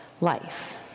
life